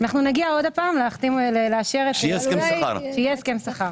נגיע שוב כשיהיה הסכם שכר.